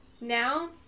now